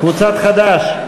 קבוצת חד"ש.